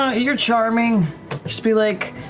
ah you're charming, just be like,